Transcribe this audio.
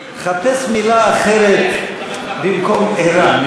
חפש מילה אחרת במקום ערה.